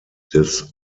des